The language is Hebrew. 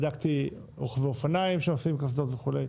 בדקתי רוכבי אופניים שנוסעים עם קסדות וכו'.